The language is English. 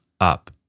up